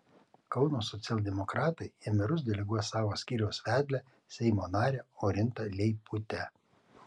kauno socialdemokratai į merus deleguos savo skyriaus vedlę seimo narę orintą leiputę